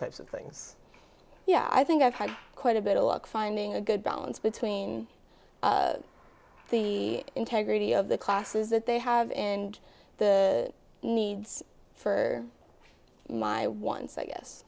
types of things yeah i think i've had quite a bit of luck finding a good balance between the integrity of the classes that they have and the needs for my ones i guess